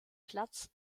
platz